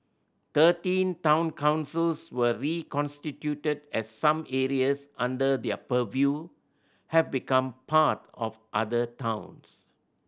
thirteen town councils were reconstituted as some areas under their purview have become part of other towns